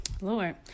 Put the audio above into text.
Lord